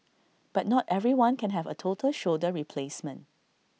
but not everyone can have A total shoulder replacement